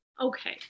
Okay